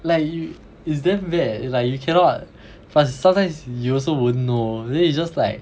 like it's it's damn bad it's like you cannot plus sometimes you also won't know then it's just like